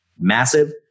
Massive